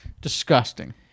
disgusting